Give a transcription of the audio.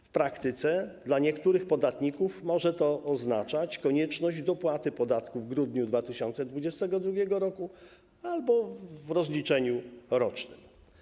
W praktyce dla niektórych podatników może to oznaczać konieczność dopłaty podatku w grudniu 2022 r. albo w rozliczeniu rocznym.